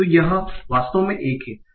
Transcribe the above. तो यह वास्तव में एक है